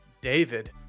David